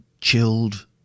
chilled